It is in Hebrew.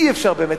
אי-אפשר באמת.